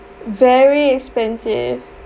very expensive